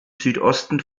südosten